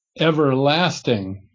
everlasting